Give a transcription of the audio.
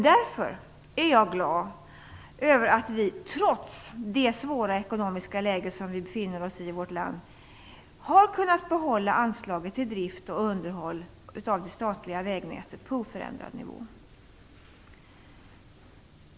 Därför är jag glad över att vi, trots det svåra ekonomiska läge som vårt land befinner sig i, har kunnat behålla anslaget till drift och underhåll av det statliga vägnätet på oförändrad nivå.